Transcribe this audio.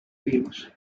themes